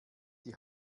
die